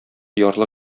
ярлы